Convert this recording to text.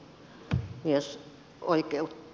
arvoisa herra puhemies